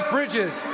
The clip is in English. Bridges